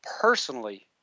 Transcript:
personally